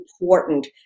important